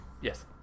Yes